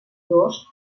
dos